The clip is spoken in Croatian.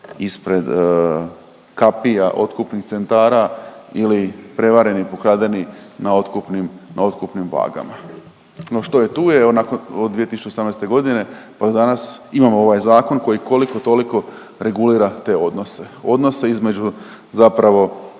ispred kapija otkupnih centara ili prevareni, pokradeni na otkupnim, otkupnim vagama. No što je, tu je evo nakon od 2018.godine pa do danas imamo ovaj zakon koji koliko toliko regulira te odnose. Odnose između zapravo